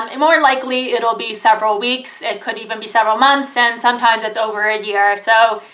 um and more likely it'll be several weeks it could even be several months, and sometimes it's over a year, so,